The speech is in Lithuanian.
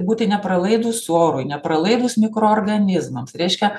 būti nepralaidūs orui nepralaidūs mikroorganizmams reiškia